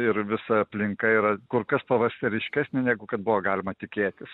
ir visa aplinka yra kur kas pavasariškesnė negu kad buvo galima tikėtis